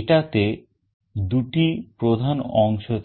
এটাতে দুটি প্রধান অংশ থাকে